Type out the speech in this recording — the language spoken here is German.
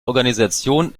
organisation